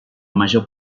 major